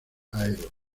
aero